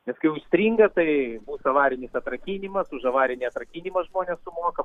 nes kai užstringa tai bus avarinis atrakinimas už avarinį atrakinimą žmonės sumoka